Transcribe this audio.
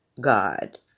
God